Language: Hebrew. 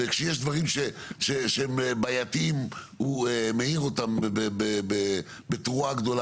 וכשיש דברים שהם בעייתיים הוא מעיר אותם בתרועה גדולה,